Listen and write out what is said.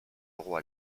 roy